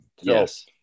Yes